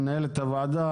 מנהלת הוועדה,